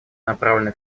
направлены